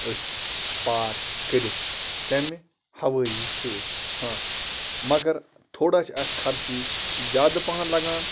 أسۍ پار کٔرِتھ تَمہِ ہَوٲیی سۭتۍ ہاں مَگر تھوڑا چھُ اَتھ خرچہٕ زیادٕ پَہم لگان